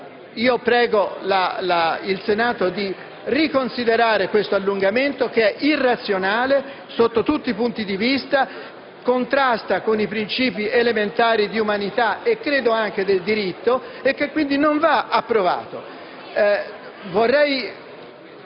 prego il Senato di riconsiderare questo allungamento, che è irrazionale sotto tutti i punti di vista e contrasta con i principi elementari di umanità, e credo anche del diritto, e quindi non va approvato.